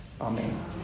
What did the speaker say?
Amen